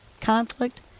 conflict